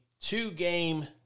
two-game